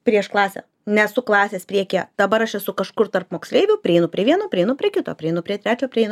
prieš klasę nesu klasės priekyje dabar aš esu kažkur tarp moksleivių prieinu prie vieno prieinu prie kito prieinu prie trečio prieinu